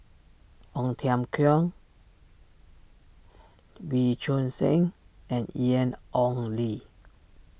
Ong Tiong Khiam Wee Choon Seng and Ian Ong Li